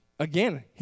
Again